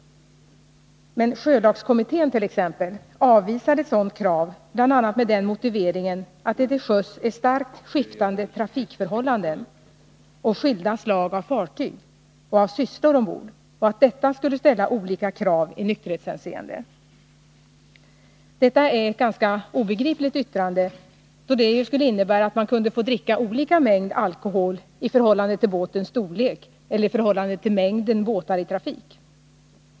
Men sjölagskommittén t.ex. avvisade ett sådant förslag, bl.a. med motiveringen att det till sjöss är starkt skiftande trafikförhållanden och skilda slag av fartyg och av sysslor ombord och att detta skulle ställa olika krav i nykterhetshänseende. Detta är ett ganska obegripligt yttrande, då det ju skulle innebära att man kunde få dricka olika mängd alkohol beroende på båtens storlek eller på mängden båtar i trafik.